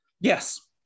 yes